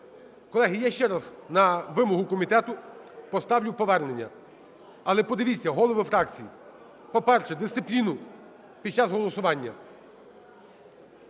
Колеги, я ще раз на вимогу комітету поставлю повернення. Але подивіться, голови фракцій, по-перше, дисципліну під час голосування.